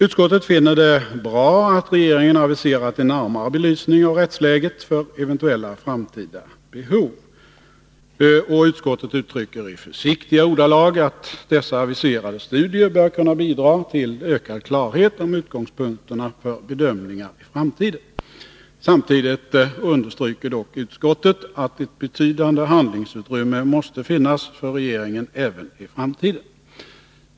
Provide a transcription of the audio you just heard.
Utskottet finner det bra att regeringen aviserat en närmare belysning av rättsläget för eventuella framtida behov. Och utskottet uttrycker i försiktiga ordalag att dessa aviserade studier bör kunna bidra till ökad klarhet om utgångspunkterna för bedömningar i framtiden. Samtidigt understryker dock utskottet att ett betydande handlingsutrymme måste finnas för regeringen även i framtiden.